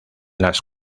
las